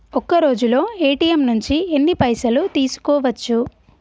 ఒక్కరోజులో ఏ.టి.ఎమ్ నుంచి ఎన్ని పైసలు తీసుకోవచ్చు?